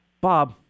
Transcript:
Bob